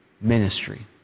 ministry